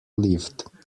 lived